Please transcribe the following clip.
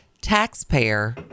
taxpayer